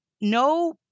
no